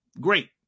Great